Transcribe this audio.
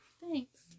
Thanks